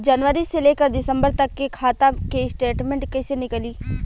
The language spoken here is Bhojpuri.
जनवरी से लेकर दिसंबर तक के खाता के स्टेटमेंट कइसे निकलि?